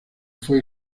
fue